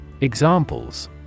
Examples